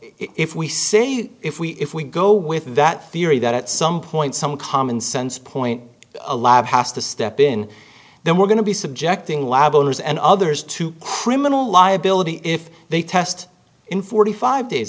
if we say if we if we go with that theory that at some point some commonsense point a lab has to step in then we're going to be subjecting lab owners and others to criminal liability if they test in forty five days